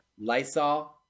Lysol